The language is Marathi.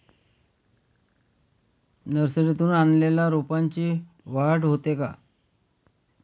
नर्सरीतून आणलेल्या रोपाची वाढ होते का?